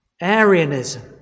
Arianism